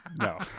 no